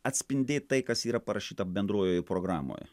atspindėt tai kas yra parašyta bendrojoje programoj